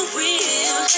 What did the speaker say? real